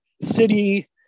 city